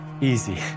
easy